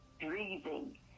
breathing